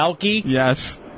Yes